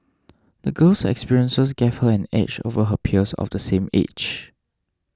the girl's experiences gave her an edge over her peers of the same age